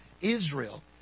Israel